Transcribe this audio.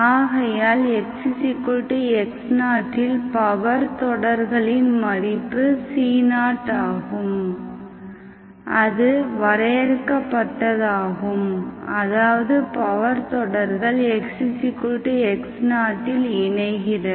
ஆகையால் xx0 இல் power தொடர்களின் மதிப்பு c0 ஆகும் அது வரையறுக்கப்பட்டதாகும் அதாவது பவர் தொடர்கள் xx0 இல் இணைகிறது